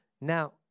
Now